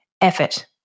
effort